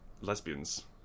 Lesbians